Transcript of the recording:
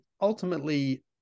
ultimately